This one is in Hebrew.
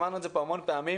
אמרנו את זה פה המון פעמים,